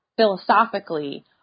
philosophically